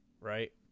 right